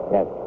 Yes